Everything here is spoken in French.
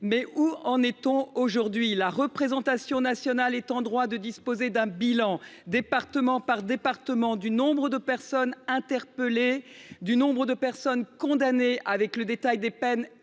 Mais où en est on aujourd’hui ? La représentation nationale est en droit de disposer d’un bilan, département par département, du nombre de personnes interpellées et de personnes condamnées, avec le détail des peines et